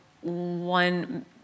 one